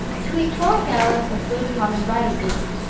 to make twelve gallons of good common writing-ink,